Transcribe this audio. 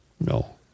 no